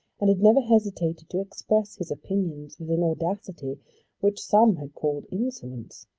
and had never hesitated to express his opinions with an audacity which some had called insolence.